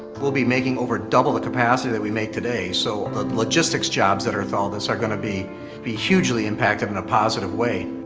we'll be making over double the capacity that we make today, so the logistics jobs that are gonna follow this are gonna be be hugely impacted in a positive way.